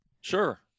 Sure